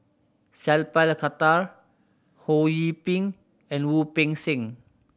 Sat Pal Khattar Ho Yee Ping and Wu Peng Seng